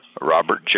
Robert